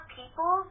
people